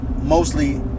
mostly